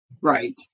right